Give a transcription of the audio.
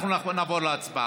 אנחנו לא נעבור להצבעה.